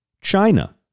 China